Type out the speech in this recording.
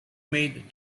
maid